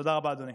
תודה רבה, אדוני.